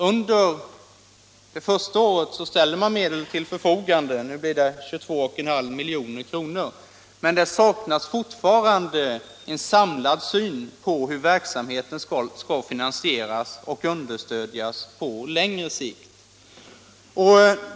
Under det första året ställer man också medel till förfogande — 22,5 milj.kr. — men det saknas fortfarande en samlad syn på hur verksamheten skall finansieras och understödjas på längre sikt.